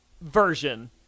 version